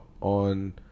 on